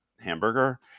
hamburger